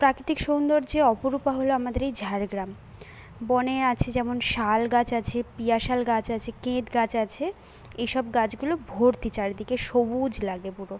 প্রাকৃতিক সৌন্দর্যে অপরূপা হলো আমাদের এই ঝাড়গ্রাম বনে আছে যেমন শাল গাছ আছে পিয়া শাল গাছ আছে কেত গাছ আছে এসব গাছগুলো ভর্তি চারদিকে সবুজ লাগে পুরো